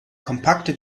kompakte